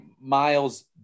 Miles